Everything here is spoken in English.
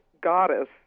goddess